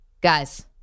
Guys